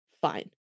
fine